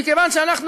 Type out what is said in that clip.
מכיוון שאנחנו,